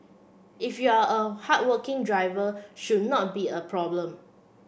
if you're a hardworking driver should not be a problem